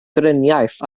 driniaeth